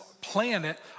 planet